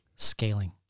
Scaling